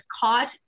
caught